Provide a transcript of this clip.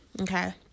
okay